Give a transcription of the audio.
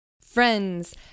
Friends